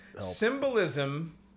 Symbolism